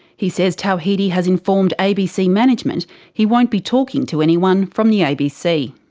he says tawhidi has informed abc management he won't be talking to anyone from the abc.